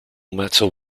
metal